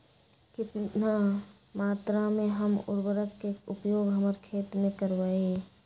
कितना मात्रा में हम उर्वरक के उपयोग हमर खेत में करबई?